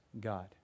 God